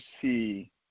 see